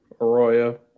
Arroyo